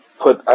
put